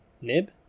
nib